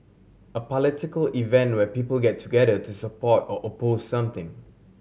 a political event where people get together to support or oppose something